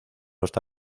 está